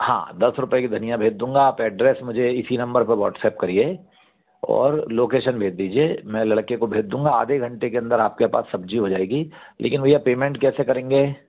हाँ दस रुपये की धनिया भेज दूँगा आप एड्रैस मुझे इसी नंबर पर व्हाट्सप्प करिए और लोकेसन भेज दीजिए मैं लड़के को भेज दूँगा आधे घंटे के अंदर आपके पास सब्ज़ी हो जाएगी लेकिन भैया पेमेंट कैसे करेंगे